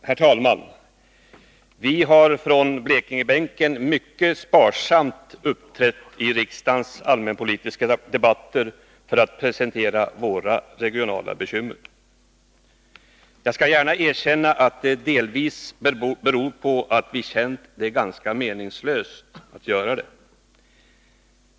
Herr talman! Vi har från Blekingebänken mycket sparsamt uppträtt i riksdagens allmänpolitiska debatter för att presentera våra regionala bekymmer. Jag skall gärna erkänna att det delvis beror på att vi har känt det ganska meningslöst att göra det.